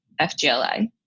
FGLI